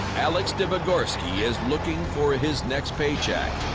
alex debogorski is looking for his next paycheck.